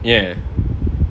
ya